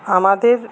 আমাদের